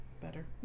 better